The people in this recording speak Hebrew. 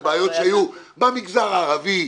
-- ובעיות שהיו במגזר הערבי,